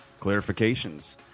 clarifications